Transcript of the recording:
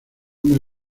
una